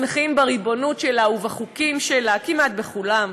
שמחים בריבונות שלה ובחוקים שלה, כמעט בכולם.